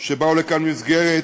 שבאו לכאן במסגרת